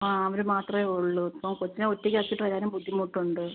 ആ അവർ മാത്രമേ ഉള്ളൂ ഇപ്പം കൊച്ചിനെ ഒറ്റയ്ക്ക് ആക്കിയിട്ട് വരാനും ബുദ്ധിമുട്ടുണ്ട്